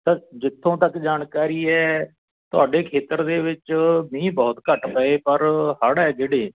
sir ਜਿੱਥੋਂ ਤੱਕ ਜਾਣਕਾਰੀ ਹੈ ਤੁਹਾਡੇ ਖੇਤਰ ਦੇ ਵਿੱਚ ਮੀਂਹ ਬਹੁਤ ਘੱਟ ਪਏ ਪਰ ਹੜ੍ਹ ਹੈ ਜਿਹੜੇ